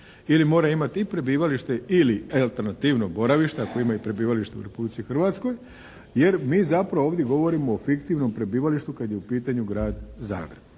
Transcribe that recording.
Ili mora imati i prebivalište ili alternativno boravište ako ima i prebivalište u Republici Hrvatskoj jer mi zapravo ovdje govorimo o fiktivnom prebivalištu kad je u pitanju Grad Zagreb.